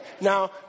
Now